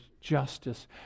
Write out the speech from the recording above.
justice